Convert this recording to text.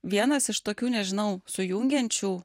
vienas iš tokių nežinau sujungiančių